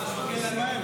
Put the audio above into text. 12),